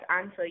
answer